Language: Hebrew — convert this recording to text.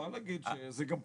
את יכולה להגיד, זה גם פורסם.